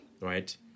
right